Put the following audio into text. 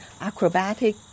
acrobatic